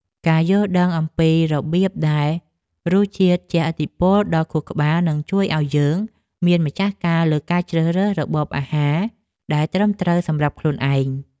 ការយល់ដឹងអំពីរបៀបដែលរសជាតិជះឥទ្ធិពលដល់ខួរក្បាលនឹងជួយឲ្យយើងមានម្ចាស់ការលើការជ្រើសរើសរបបអាហារ ដែលត្រឹមត្រូវសម្រាប់ខ្លួនឯង។